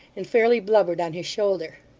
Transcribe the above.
and fairly blubbered on his shoulder.